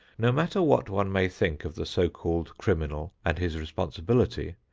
no matter what one may think of the so-called criminal and his responsibility,